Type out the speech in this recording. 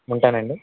ఉంటానండి